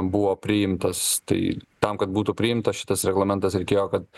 buvo priimtas tai tam kad būtų priimtas šitas reglamentas reikėjo kad